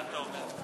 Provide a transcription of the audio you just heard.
מי אמר לך את זה?